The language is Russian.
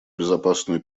безопасную